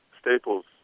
staples